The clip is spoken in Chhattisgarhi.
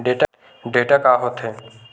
डेटा का होथे?